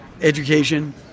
education